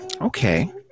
Okay